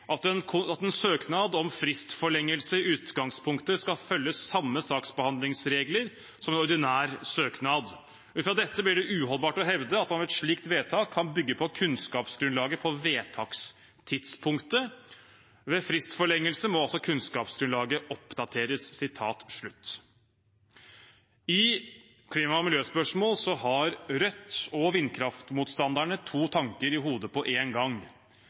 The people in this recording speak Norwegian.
at en søknad om fristforlengelse i utgangspunktet skal følge samme saksbehandlingsregler som en ordinær søknad. Ut fra dette blir det uholdbart å hevde at man ved et slikt vedtak kan bygge på «kunnskapsgrunnlaget på vedtakstidspunktet». Ved vedtak om fristforlengelse må kunnskapsgrunnlaget oppdateres». I klima- og miljøspørsmål har Rødt og vindkraftmotstanderne to tanker i hodet på en gang.